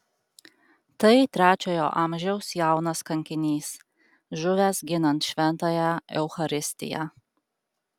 tai trečiojo amžiaus jaunas kankinys žuvęs ginant šventąją eucharistiją